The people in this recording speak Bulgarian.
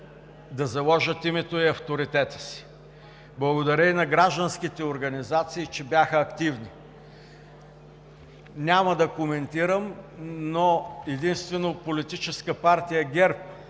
да заложат името и авторитета си. Благодаря и на гражданските организации, че бяха активни. Няма да коментирам, но единствено Политическа партия ГЕРБ